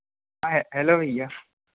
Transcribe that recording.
high hello भईया